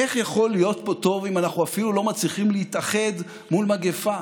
איך יכול להיות פה טוב אם אנחנו אפילו לא מצליחים להתאחד מול מגפה,